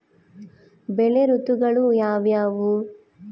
ಬೆಳೆ ಋತುಗಳು ಯಾವ್ಯಾವು?